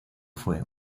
fue